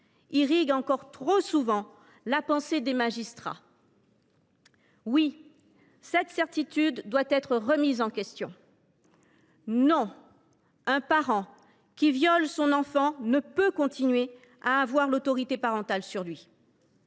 irrigue encore trop souvent la pensée des magistrats. Oui, cette certitude doit être remise en question. Non, un parent qui viole son enfant ne peut pas continuer à avoir l’autorité parentale sur lui.